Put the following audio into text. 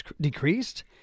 decreased